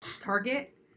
Target